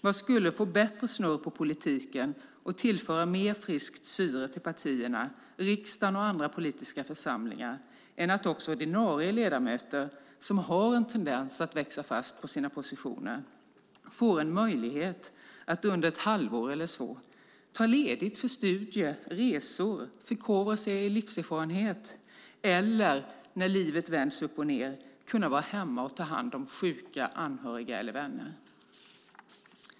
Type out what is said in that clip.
Vad skulle få bättre snurr på politiken och tillföra mer friskt syre till partierna, riksdagen och andra politiska församlingar än att ordinarie ledamöter, som har en tendens att växa fast på sina positioner, får en möjlighet att under ett halvår eller så ta ledigt för studier, resor, eller förkovran i sin livserfarenhet, eller när livet vänds upp och ned kunna vara hemma och ta hand om sjuka anhöriga eller vänner?